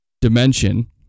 dimension